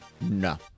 no